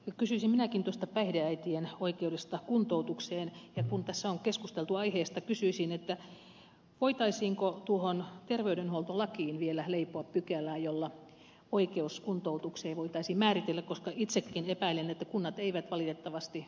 kysyisin minäkin tuosta päihdeäitien oikeudesta kuntoutukseen ja kun tässä on keskusteltu aiheesta kysyisin voitaisiinko tuohon terveydenhuoltolakiin vielä leipoa pykälää jolla oikeus kuntoutukseen voitaisiin määritellä koska itsekin epäilen että kunnat eivät valitettavasti tahdo käyttää rahaa siihen